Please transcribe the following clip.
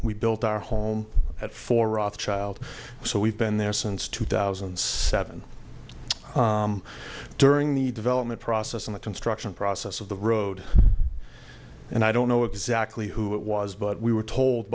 we built our home at four rothschild so we've been there since two thousand and seven during the development process in the construction process of the road and i don't know exactly who it was but we were told